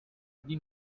dni